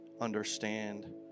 understand